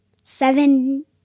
seven